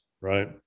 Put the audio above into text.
right